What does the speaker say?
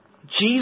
Jesus